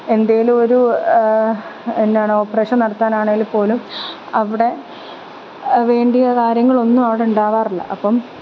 എന്തെങ്കിലുമൊരു എന്നാണ് ഓപ്രേഷന് നടത്താനാണെങ്കിൽ പോലും അവിടെ വേണ്ടിയ കാര്യങ്ങളൊന്നും അവിടെ ഉണ്ടാവാറില്ല അപ്പം